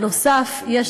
נוסף על כך,